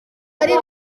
ari